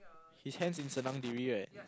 his hands in senang diri right